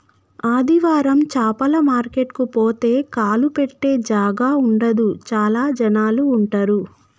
ఆదివారం చాపల మార్కెట్ కు పోతే కాలు పెట్టె జాగా ఉండదు చాల జనాలు ఉంటరు